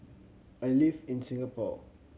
I live in Singapore